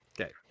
Okay